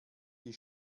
die